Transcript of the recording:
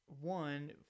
One